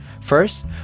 First